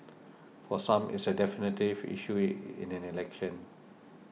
for some it's a definitive issue in an election